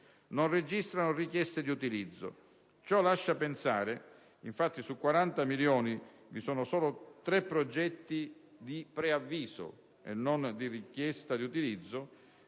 non registrano richieste di utilizzo. Infatti, su 40 milioni vi sono solo tre progetti di preavviso, e non di richiesta di utilizzo,